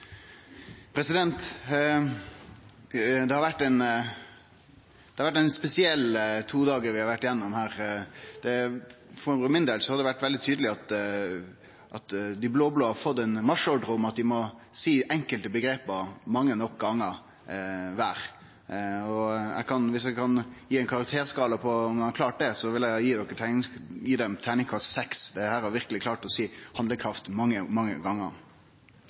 ein spesiell todagar vi har vore gjennom. For min del har det vore veldig tydeleg at dei blå-blå har fått ein marsjordre om at dei må seie enkelte omgrep mange nok gonger kvar. På ein karakterskala på om dei har klart det, vil eg gje dei terningkast seks. Dei har verkeleg klart å seie «handlekraft» mange, mange